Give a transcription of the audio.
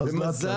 אז לאט לאט.